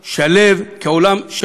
כעולם שפוי ורגוע.